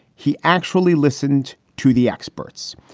he actually listened to the experts.